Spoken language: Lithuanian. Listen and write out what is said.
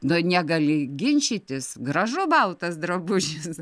nu negali ginčytis gražu baltas drabužis